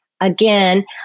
Again